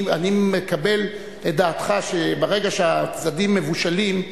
אני מקבל את דעתך שברגע שהצדדים "מבושלים",